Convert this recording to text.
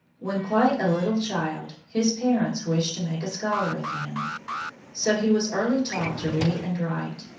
when quite a little child, his parents wished to make a scholar of him so he was early taught to read and write,